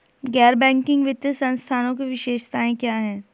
गैर बैंकिंग वित्तीय संस्थानों की विशेषताएं क्या हैं?